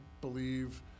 believe